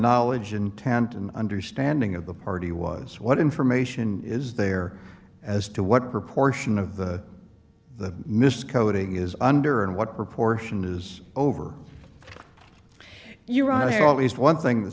knowledge intent and understanding of the party was what information is there as to what proportion of the the mis coding is under and what proportion is over you're right here at least one thing th